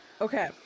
Okay